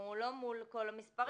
אנחנו לא מול כל המספרים.